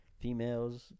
females